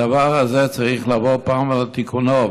הדבר הזה צריך לבוא פעם אחת על תיקונו,